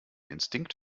instinkt